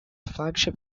flagship